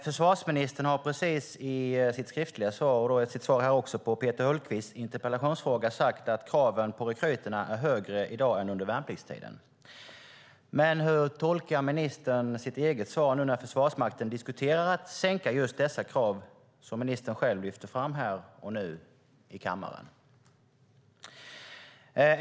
Försvarsministern har i sitt skriftliga svar och precis i sitt anförande här som svar på Peter Hultqvists interpellation sagt att kraven på rekryterna är högre i dag än under värnpliktstiden. Men hur tolkar ministern sitt eget svar nu, när Försvarsmakten diskuterar att sänka just de krav som ministern själv lyfte fram här och nu?